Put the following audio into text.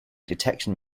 detection